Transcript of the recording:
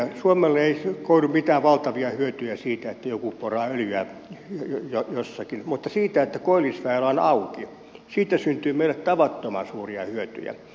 suomelle ei koidu mitään valtavia hyötyjä siitä että joku poraa öljyä jossakin mutta siitä että koillisväylä on auki syntyy meille tavattoman suuria hyötyjä